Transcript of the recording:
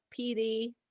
PD